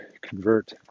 convert